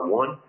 one